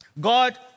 God